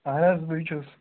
اَہن حظ بٕے چھُس